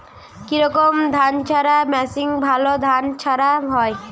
কি রকম ধানঝাড়া মেশিনে ভালো ধান ঝাড়া হয়?